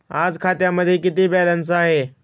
आज खात्यामध्ये किती बॅलन्स आहे?